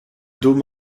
dôme